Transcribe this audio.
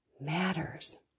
matters